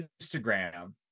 Instagram